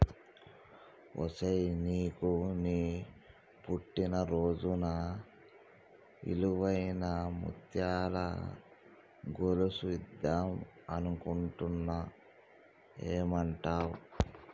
ఒసేయ్ నీకు నీ పుట్టిన రోజున ఇలువైన ముత్యాల గొలుసు ఇద్దం అనుకుంటున్న ఏమంటావ్